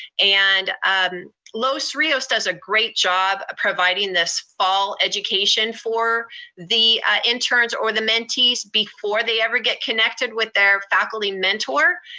and los rios does a great job providing this fall education for the interns or the mentees, before they ever get connected with their faculty mentor.